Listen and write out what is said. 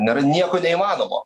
nėra nieko neįmanomo